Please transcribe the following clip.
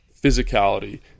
physicality